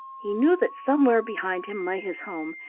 he knew that somewhere behind him lay his home,